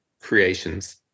creations